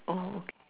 bold